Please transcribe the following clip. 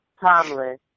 Tomlin